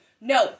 No